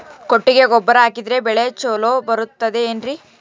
ಕೊಟ್ಟಿಗೆ ಗೊಬ್ಬರ ಹಾಕಿದರೆ ಬೆಳೆ ಚೊಲೊ ಬರುತ್ತದೆ ಏನ್ರಿ?